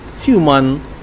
human